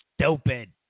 stupid